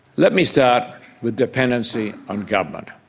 let me start with dependency on government.